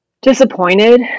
disappointed